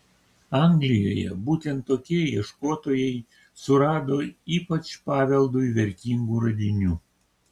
anglijoje būtent tokie ieškotojai surado ypač paveldui vertingų radinių